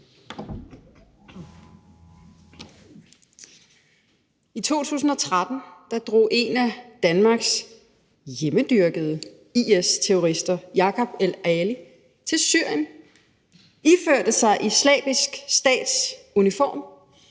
I 2013 drog en af Danmarks hjemmedyrkede IS-terrorister, nemlig Jacob el-Ali, til Syrien, iførte sig Islamisk Stats uniform